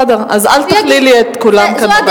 בסדר, אז אל תכלילי את כולם בבית הזה.